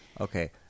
Okay